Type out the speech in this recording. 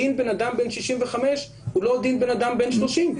דין בן אדם בן 65 הוא לא דין בן אדם בן 30,